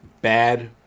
bad